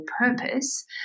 purpose